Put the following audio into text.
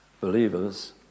believers